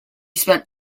spent